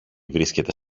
βρίσκεται